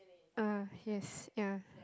ah yes ya